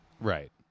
right